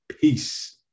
Peace